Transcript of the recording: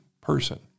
person